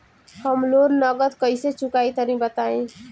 हम लोन नगद कइसे चूकाई तनि बताईं?